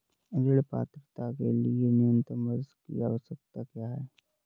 ऋण पात्रता के लिए न्यूनतम वर्ष की आवश्यकता क्या है?